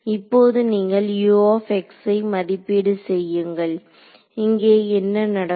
இப்போது நீங்கள் ஐ மதிப்பீடு செய்யுங்கள் இங்கே என்ன நடக்கும்